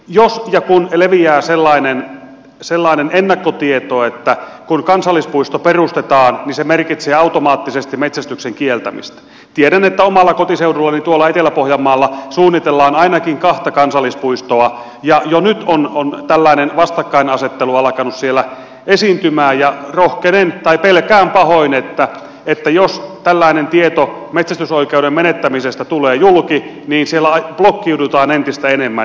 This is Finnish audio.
jos ja kun leviää sellainen ennakkotieto että kun kansallispuisto perustetaan niin se merkitsee automaattisesti metsästyksen kieltämistä tiedän että omalla kotiseudullani tuolla etelä pohjanmaalla suunnitellaan ainakin kahta kansallispuistoa ja jo nyt on tällainen vastakkainasettelu alkanut siellä esiintymään niin pelkään pahoin että jos tällainen tieto metsästysoikeuden menettämisestä tulee julki siellä blokkiudutaan entistä enemmän